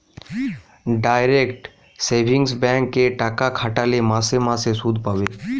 direct savings bank এ টাকা খাটালে মাসে মাসে শুধ পাবে